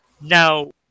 now